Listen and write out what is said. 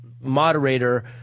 moderator